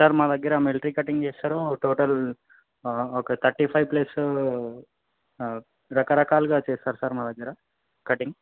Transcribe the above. sir మా దగ్గర military cutting చేస్తారు టోటల్ ఒక తర్టీ ఫైవ్ ప్లస్ రక రకాలుగా చేస్తారు సార్ మా దగ్గర కటింగ్